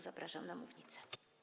Zapraszam na mównicę.